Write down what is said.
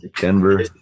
Denver